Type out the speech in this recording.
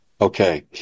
Okay